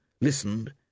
listened